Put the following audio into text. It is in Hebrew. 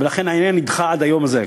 ולכן העניין נדחה עד היום הזה.